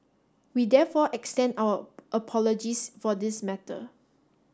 we therefore extend our apologies for this matter